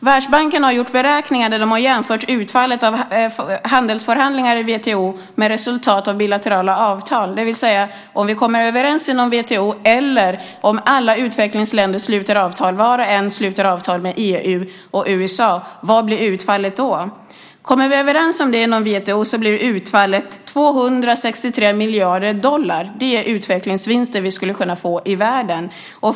Världsbanken har gjort beräkningar där de har jämfört utfallet av handelsförhandlingar i WTO med resultat av bilaterala avtal, det vill säga: Om vi kommer överens inom WTO eller om alla utvecklingsländer vart och ett sluter avtal med EU och USA - vad blir utfallet då? Kommer vi överens inom WTO så blir utfallet 263 miljarder dollar. Det är utvecklingsvinster vi skulle kunna få i världen.